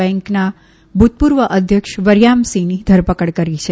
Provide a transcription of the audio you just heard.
બેન્કના ભૂતપૂર્વ અધ્યક્ષ વરયામસિંહની ધરપકડ કરી છે